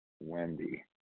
Wendy